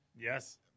Yes